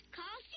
call